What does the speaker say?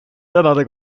tänane